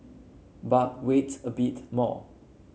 but wait a bit more